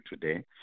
today